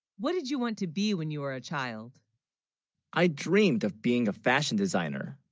what did you, want to be when you were a. child i? dreamed of being a fashion, designer